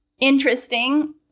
interesting